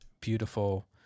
beautiful